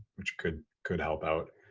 which could, could help out.